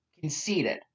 conceded